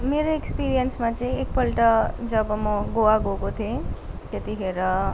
मेरो एक्सपिरियन्समा चाहिँ एकपल्ट जब म गोवा गएको थिएँ त्यतिखेर